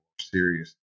serious